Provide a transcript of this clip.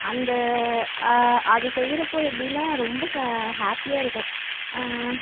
அந்த அது செய்கிறப்போ எப்படின்னா ரொம்ப ச ஹேப்பியாக இருக்கும்